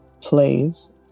plays